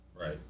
Right